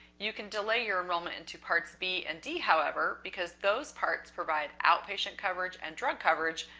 you can delay your enrollment into parts b and d, however, because those parts provide outpatient coverage and drug coverage,